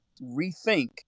rethink